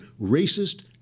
racist